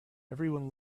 everyone